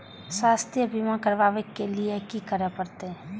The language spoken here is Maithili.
स्वास्थ्य बीमा करबाब के लीये की करै परतै?